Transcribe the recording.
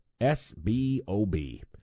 S-B-O-B